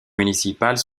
municipales